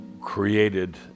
created